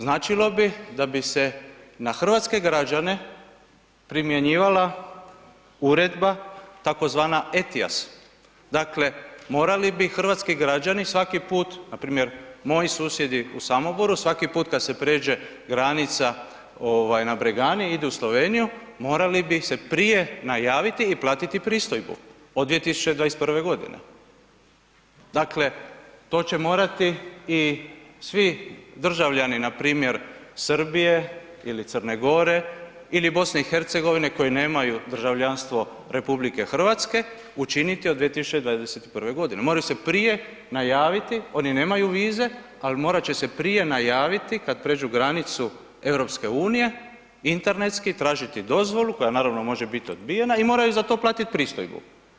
Značilo bi da bi se na hrvatske građane primjenjivala uredba tzv. ETIAS, dakle mora li hrvatski građani svaki put, npr. moji susjedi u Samoboru, svaki put kad se prijeđe granica na Bregani, idu u Sloveniju, morali bi se prije najaviti i platiti pristojbu od 2021. g. Dakle to će morati i svi državljani npr. Srbije ili Crne Gore ili BiH-a koji nemaju državljanstvo RH, učiniti od 2021. g, moraju se prije najaviti, oni nemaju vize ali morat će se prije najaviti kad pređu granicu EU-a, internetski tražiti dozvolu koja naravno može biti odbijena i moraju za platiti pristojbu.